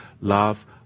Love